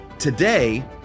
today